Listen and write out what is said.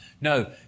No